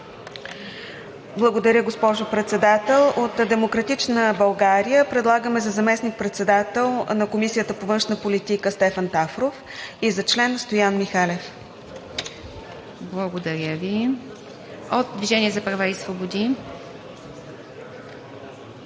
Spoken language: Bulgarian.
Благодаря, госпожо Председател. От „Демократична България“ предлагаме за заместник председател на Комисията по външна политика Стефан Тафров и за член Стоян Михалев. ПРЕДСЕДАТЕЛ ИВА МИТЕВА: Благодаря Ви. От „Движение за права и свободи“.